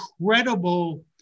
incredible